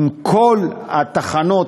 עם כל התחנות,